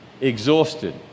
exhausted